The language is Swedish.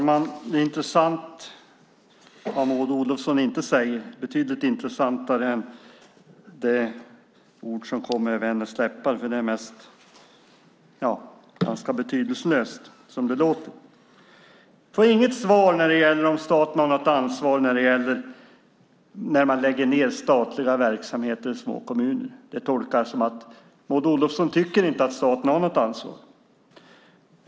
Herr talman! Vad Maud Olofsson inte säger är betydligt intressantare än de ord som kommer över hennes läppar. Det mesta låter ganska betydelselöst. Jag får inget svar när det gäller om staten har något ansvar vid nedläggning av statliga verksamheter i små kommuner. Det tolkar jag som att Maud Olofsson tycker att staten inte har något ansvar.